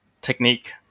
technique